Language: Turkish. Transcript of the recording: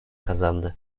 kazandı